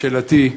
שאלתי: